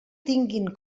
tinguin